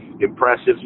impressive